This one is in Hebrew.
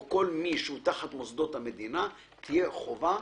או כל מי שהוא תחת מוסדות המדינה, תהיה עליו חובה